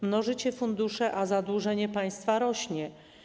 Mnożycie fundusze, a zadłużenie państwa rośnie.